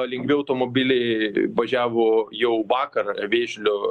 lengvi automobiliai važiavo jau vakar vėžlio